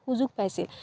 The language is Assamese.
সুযোগ পাইছিল